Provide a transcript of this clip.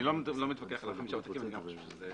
אני לא מתווכח על מספר העותקים וחושב שזה